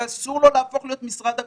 שאסור לו להפוך להיות משרד הקורונה,